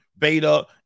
beta